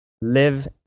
live